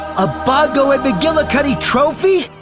a bongo and mcgillicuddy trophy?